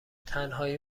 تنهایی